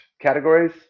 categories